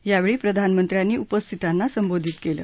यावेळी प्रधानमंत्र्यांनी उपस्थितांना संबोधित केलं